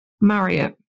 Marriott